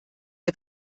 ihr